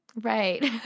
Right